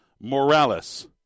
Morales